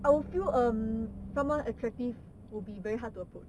I will feel err someone attractive would be very hard to approach